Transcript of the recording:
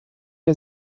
der